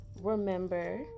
remember